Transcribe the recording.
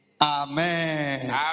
Amen